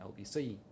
LBC